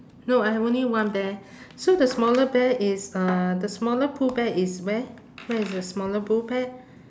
no I have only one bear so the smaller bear is uh the smaller pooh bear is where where is the smaller pooh bear